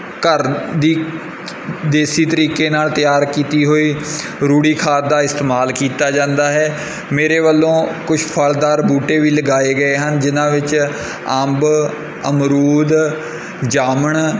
ਘਰ ਦੀ ਦੇਸੀ ਤਰੀਕੇ ਨਾਲ ਤਿਆਰ ਕੀਤੀ ਹੋਈ ਰੂੜੀ ਖਾਦ ਦਾ ਇਸਤੇਮਾਲ ਕੀਤਾ ਜਾਂਦਾ ਹੈ ਮੇਰੇ ਵੱਲੋਂ ਕੁਛ ਫਲਦਾਰ ਬੂਟੇ ਵੀ ਲਗਾਏ ਗਏ ਹਨ ਜਿਨ੍ਹਾਂ ਵਿੱਚ ਅੰਬ ਅਮਰੂਦ ਜਾਮਣ